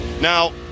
Now